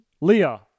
Leah